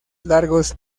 largos